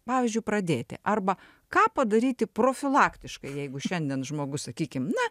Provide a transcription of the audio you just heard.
pavyzdžiui pradėti arba ką padaryti profilaktiškai jeigu šiandien žmogus sakykim na